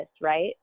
Right